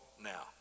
now